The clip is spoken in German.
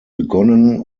begonnen